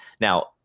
Now